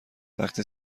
وقتی